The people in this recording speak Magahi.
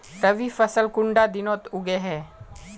रवि फसल कुंडा दिनोत उगैहे?